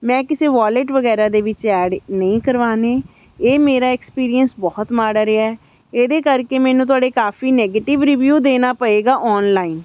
ਮੈਂ ਕਿਸੇ ਵੋਲੇਟ ਵਗੈਰਾ ਦੇ ਵਿੱਚ ਐਡ ਨਹੀਂ ਕਰਵਾਉਣੇ ਇਹ ਮੇਰਾ ਐਕਸਪੀਰੀਅੰਸ ਬਹੁਤ ਮਾੜਾ ਰਿਹਾ ਇਹਦੇ ਕਰਕੇ ਮੈਨੂੰ ਤੁਹਾਡੇ ਕਾਫੀ ਨੈਗੇਟਿਵ ਰਿਵਿਊ ਦੇਣਾ ਪਵੇਗਾ ਔਨਲਾਈਨ